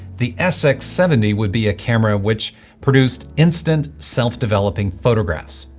the sx seventy would be a camera which produced instant, self-developing photographs.